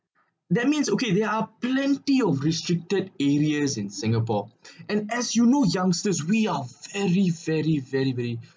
that means okay there are plenty of restricted areas in singapore and as you know youngsters we of very very very very